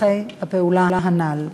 שטחי הפעולה הנ"ל.